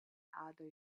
other